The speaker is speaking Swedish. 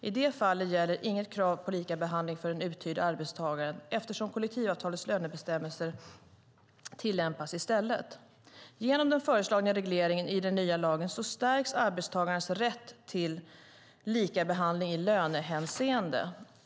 I det fallet gäller inget krav på likabehandling för den uthyrde arbetstagaren eftersom kollektivavtalets lönebestämmelser tillämpas i stället. Genom den föreslagna regleringen i den nya lagen stärks arbetstagarens rätt till likabehandling i lönehänseende.